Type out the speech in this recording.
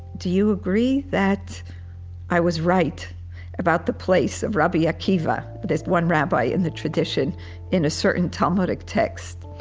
do you agree that i was right about the place of rabbi akiva? but this one rabbi in the tradition in a certain talmudic text.